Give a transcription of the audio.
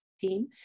team